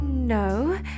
No